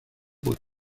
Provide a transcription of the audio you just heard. بود